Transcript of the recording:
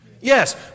Yes